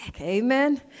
Amen